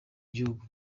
gihugu